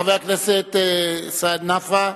חבר הכנסת סעיד נפאע.